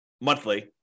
monthly